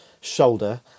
shoulder